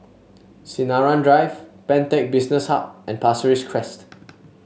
Sinaran Drive Pantech Business Hub and Pasir Ris Crest